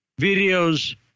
videos